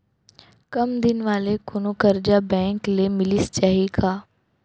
कम दिन वाले कोनो करजा बैंक ले मिलिस जाही का?